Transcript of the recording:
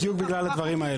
בדיוק בגלל הדברים האלה.